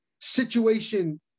situation